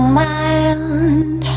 mind